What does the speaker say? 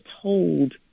told